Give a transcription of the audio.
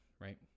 Right